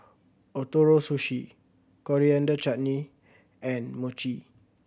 Ootoro Sushi Coriander Chutney and Mochi